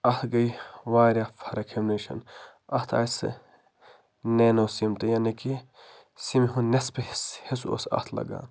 اتھ گٔے واریاہ فرق ہیمہِ نِش اتھ آیہِ سہ نینو سِم تہِ یعنی کہ سِمہِ ہُنٛد نٮ۪سفہٕ حصہٕ اوس اتھ لَگان